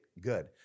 good